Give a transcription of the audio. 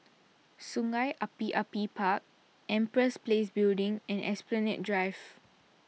Sungei Api Api Park Empress Place Building and Esplanade Drive